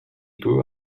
grew